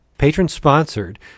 patron-sponsored